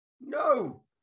No